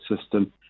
system